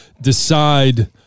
decide